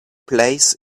plays